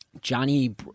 Johnny